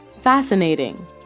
Fascinating